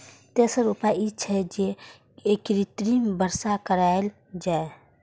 तेसर उपाय ई छै, जे कृत्रिम वर्षा कराएल जाए